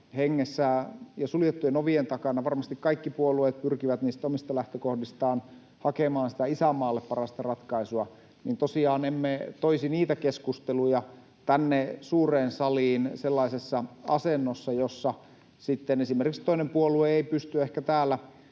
hengessä ja suljettujen ovien takana varmasti kaikki puolueet pyrkivät niistä omista lähtökohdistaan hakemaan sitä isänmaalle parasta ratkaisua, niin tosiaan emme toisi niitä keskusteluja tänne suureen saliin sellaisessa asennossa, jossa sitten esimerkiksi toinen puolue ei ehkä pysty täällä